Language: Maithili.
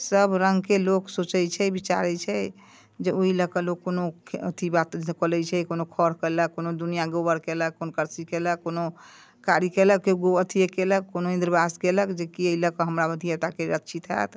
सबरङ्गके लोक सोचै छै विचारै छै जे ओहि लऽ कऽ लोक कोनो अथी बात कऽ लै छै कोनो खर केलक कोनो दुनिआ गोबर केलक कोन करसी केलक कोनो कारी केलक केओ गो अथिए केलक कोनो इन्द्रवास केलक जे कि एहि लऽ कऽ हमर धिआपुताके रक्षित हैत